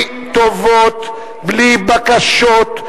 הכנסת.